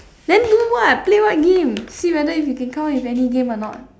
then play what play what game see whether you can come out with any game or not